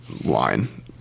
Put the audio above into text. line